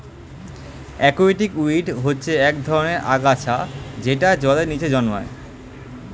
aquatic weed হচ্ছে এক ধরনের আগাছা যেটা জলের নিচে জন্মায়